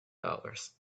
dollars